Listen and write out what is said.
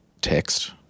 text